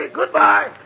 goodbye